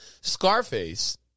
Scarface